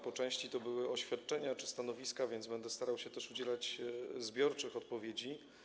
Po części to były oświadczenia czy stanowiska, więc będę starał się też udzielać zbiorczych odpowiedzi.